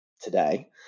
today